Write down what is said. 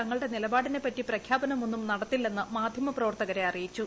തങ്ങളുടെ നിലപാടിനെപ്പറ്റി പ്രഖ്യാപനമൊന്നും നടത്തില്ലെന്ന് മാധ്യമപ്രവർത്തകരെ അറിയിച്ചു